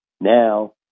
Now